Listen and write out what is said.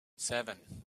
seven